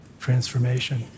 transformation